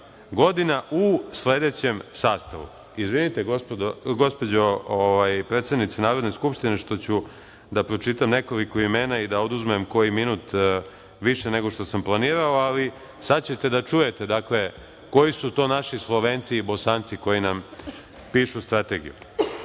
godina, u sledećem sastavu. Izvinite gospođo predsednice Narodne skupštine što ću da pročitam nekoliko imena i da oduzmem koji minut više nego što sam planirao, ali sada ćete da čujete koji su to naši Slovenci i Bosanci koji nam pišu strategiju.